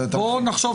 תרחיב.